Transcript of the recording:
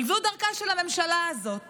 אבל זו דרכה של הממשלה הזאת